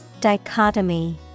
Dichotomy